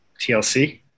TLC